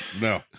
no